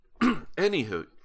anywho